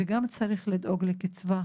וגם צריך לדאוג לו לקצבה.